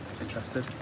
interested